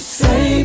say